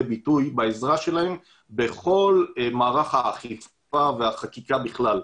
ביטוי בעזרה שלהם בכל מערך האכיפה והחקיקה בכלל.